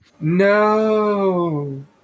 No